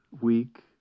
week